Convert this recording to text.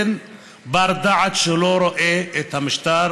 אין בר-דעת שלא רואה את המשטר